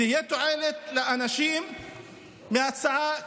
שתהיה תועלת לאנשים מהצעה כזאת?